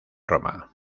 roma